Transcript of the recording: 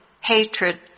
hatred